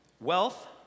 wealth